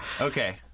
Okay